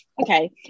okay